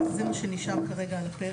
זה מה שנשאר על הפרק,